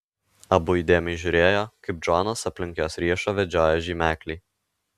abu įdėmiai žiūrėjo kaip džonas aplink jos riešą vedžioja žymeklį